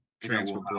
transfer